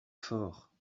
forts